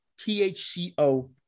THCO